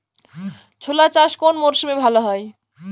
ছোলা চাষ কোন মরশুমে ভালো হয়?